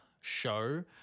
show